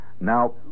Now